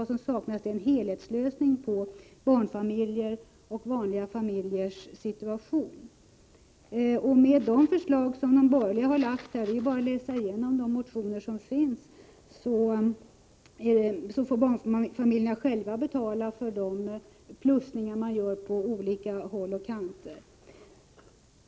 Det som saknas är en helhetslösning på barnfamiljers och vanliga familjers problem. Med de förslag som de borgerliga har lagt fram — det är bara att läsa igenom de motioner som finns — får barnfamiljerna själva betala för de plussningar man gör på olika håll och kanter.